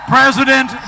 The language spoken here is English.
President